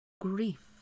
grief